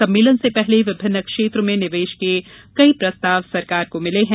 सम्मेलन से पहले विभिन्न क्षेत्र में निवेश के कई प्रस्ताव सरकार को मिले हैं